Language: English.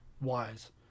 wise